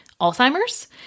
Alzheimer's